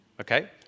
Okay